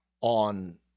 on